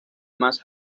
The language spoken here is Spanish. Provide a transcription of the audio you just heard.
más